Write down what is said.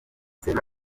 selena